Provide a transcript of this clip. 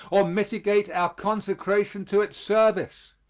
or mitigate our consecration to its service.